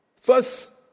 First